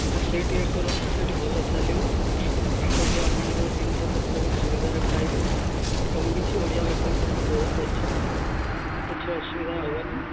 ହଁ ସେଇଠି ଇଏ କରନ୍ତୁ ସେଇଠି ଭଲ ଚାଲିବ ସେଇଠି ଆପଣଙ୍କର ଜିନିଷପତ୍ର ବି ସୁବିଧାରେ ପାଇବେ ଆଉ କିଛି ଓଡ଼ିଆ ଲୋକ ବି ସେଠି ବହୁତ ଅଛନ୍ତି କିଛି ଅସୁବିଧା ହବନି